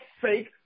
fake